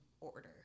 order